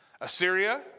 Assyria